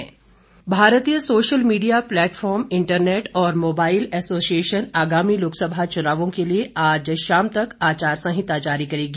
social media भारतीय social media platform internet और mobile association आगामी लोकसभा चुनावों के लिए आज शाम तक आचार संहिता जारी करेगी